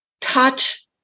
Touch